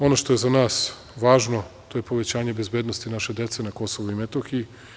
Ono što je za nas važno, to je povećanje bezbednosti naše dece na Kosovu i Metohiji.